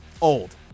old